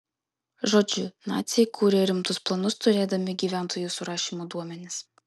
žodžiu naciai kūrė rimtus planus turėdami gyventojų surašymo duomenis